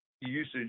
usage